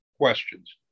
questions